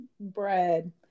bread